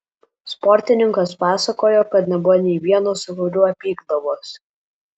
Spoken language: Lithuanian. sportininkas pasakojo kad nebuvo nei vieno su kuriuo pykdavosi